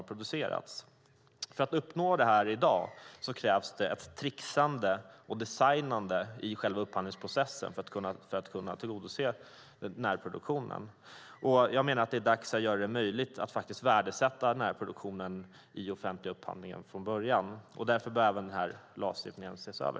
För att uppnå detta - för att tillgodose närproduktionen - krävs i dag ett tricksande och designande i själva upphandlingsprocessen. Jag menar att det är dags att göra det möjligt att värdesätta närproduktionen från början i den offentliga upphandlingen. Därför bör även denna lagstiftning ses över.